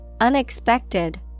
unexpected